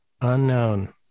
Unknown